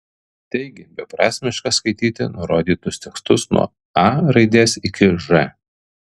taigi beprasmiška skaityti nurodytus tekstus nuo a raidės iki ž